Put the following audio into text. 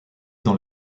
dans